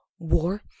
War